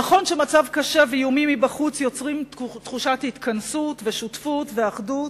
נכון שמצב קשה ואיומים מבחוץ יוצרים תחושת התכנסות ושותפות ואחדות,